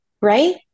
right